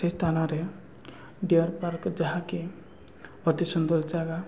ସେ ସ୍ଥାନରେ deer park ଯାହାକି ଅତି ସୁନ୍ଦର ଜାଗା